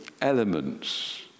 elements